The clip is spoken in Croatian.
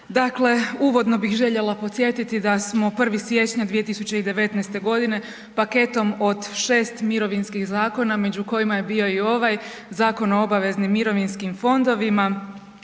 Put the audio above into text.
Dakle, uvodno bih željela podsjetiti da smo 1.siječnja 2019.godine paketom od 6 mirovinskih zakona među kojima je bio i ovaj Zakon o obaveznim mirovinskim fondovima